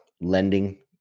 lending